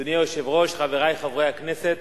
אדוני היושב-ראש, חברי חברי הכנסת,